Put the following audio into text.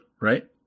right